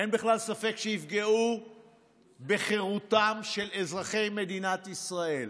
אין בכלל ספק שיפגעו בחירותם של אזרחי מדינת ישראל.